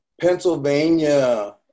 Pennsylvania